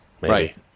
Right